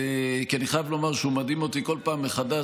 כי אני חייב לומר שהוא מדהים אותי כל פעם מחדש,